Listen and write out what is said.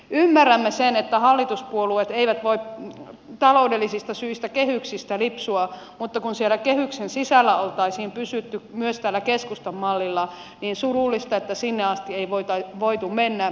ymmärrämme sen että hallituspuolueet eivät voi taloudellisista syistä kehyksistä lipsua mutta kun siellä kehyksen sisällä oltaisiin pysytty myös tällä keskustan mallilla on surullista että sinne asti ei voitu mennä